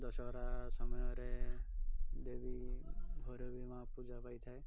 ଦଶହରା ସମୟରେ ଦେବୀ ଘରେ ବି ମାଆ ପୂଜା ପାଇଥାଏ